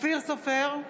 אופיר סופר,